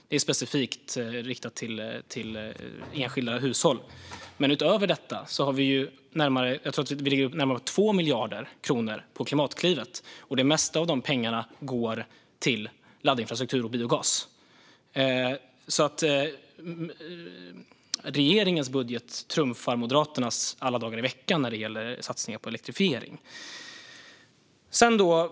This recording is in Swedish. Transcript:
Det är specifikt riktat till enskilda hushåll. Utöver detta lägger vi närmare 2 miljarder kronor på Klimatklivet. Det mesta av dessa pengar går till laddinfrastruktur och biogas. Regeringens budget trumfar alltså Moderaternas alla dagar i veckan när det gäller satsningar på elektrifiering.